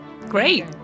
Great